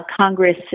Congress